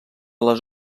les